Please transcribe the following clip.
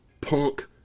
punk